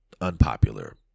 unpopular